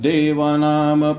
Devanam